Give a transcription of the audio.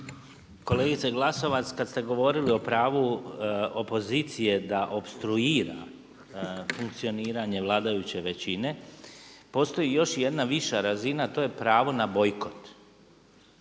Kolegice Glasovac kad ste govorili o pravu opozicije da opstruira funkcioniranje vladajuće većine postoji još jedna viša razina, a to je pravo na bojkot.